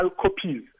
copies